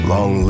Long